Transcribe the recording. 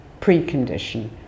precondition